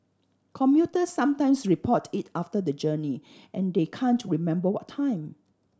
commuters sometimes report it after the journey and they can't remember what time